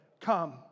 come